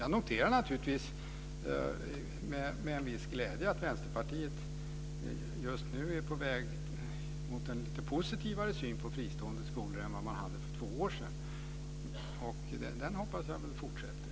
Jag noterar naturligtvis med en viss glädje att Vänsterpartiet just nu är på väg mot en lite positivare syn på fristående skolor än vad man hade för två år sedan. Det hoppas jag väl fortsätter.